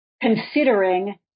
considering